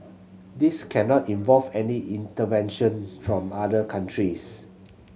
this cannot involve any intervention from other countries